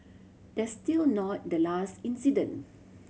that's still not the last incident